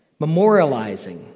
memorializing